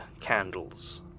candles